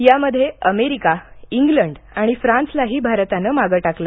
यामध्ये America England फ्रान्सलाही भारतानं मागे टाकलं